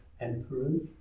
emperors